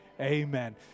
amen